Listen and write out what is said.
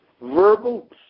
verbal